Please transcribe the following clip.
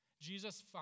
Jesus